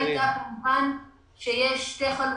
העמדה הייתה שיש שתי חלופות.